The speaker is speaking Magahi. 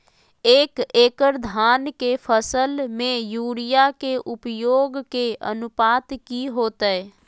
एक एकड़ धान के फसल में यूरिया के उपयोग के अनुपात की होतय?